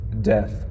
death